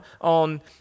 on